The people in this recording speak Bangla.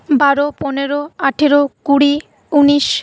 বারো পনেরো আঠেরো কুড়ি উনিশ